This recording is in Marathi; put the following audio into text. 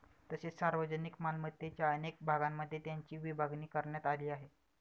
तसेच सार्वजनिक मालमत्तेच्या अनेक भागांमध्ये त्याची विभागणी करण्यात आली आहे